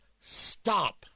stop